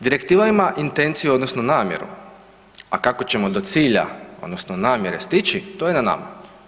Direktiva ima intenciju odnosno namjeru, a kako ćemo do cilja odnosno do namjere stići to je na nama.